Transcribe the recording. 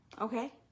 Okay